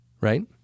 right